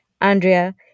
Andrea